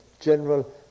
general